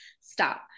stop